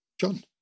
John